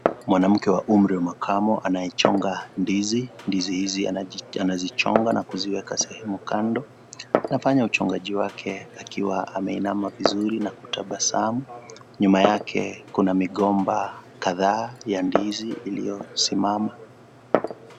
Mwanamke wa umri wa makamu anayechonga ndizi . Ndizi hizi anazichonga na kuziweka sehemu kando . Anafanya uchongaji wake akiwa ameinama vizuri na kutabasamu . Nyuma yake kuna migomba kadhaa ya ndizi iliyosimama.